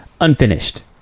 unfinished